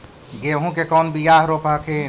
गेहूं के कौन बियाह रोप हखिन?